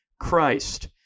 Christ